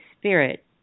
Spirit